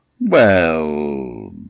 Well